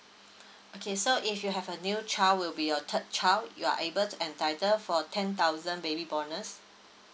okay so if you have a new child will be your third child you are able to entitle for ten thousand baby bonus